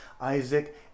Isaac